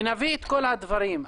ונביא את כל הדברים.